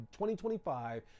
2025